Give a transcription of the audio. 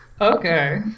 Okay